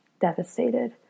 Devastated